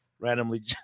randomly